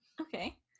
Okay